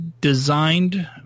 designed